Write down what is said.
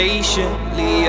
Patiently